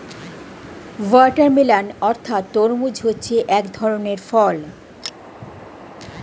watermelon অর্থাৎ তরমুজ হচ্ছে এক ধরনের ফল